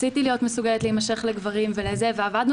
רציתי להיות מסוגלת להימשך לגברים ועבדנו